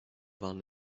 waren